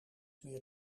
meer